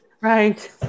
Right